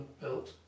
built